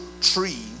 tree